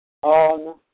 On